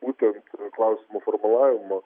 būtent klausimų formulavimo